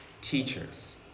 teachers